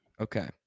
Okay